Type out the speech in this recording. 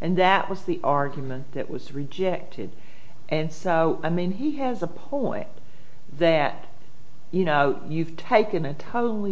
and that was the argument that was rejected and so i mean he has a point that you know you've taken a totally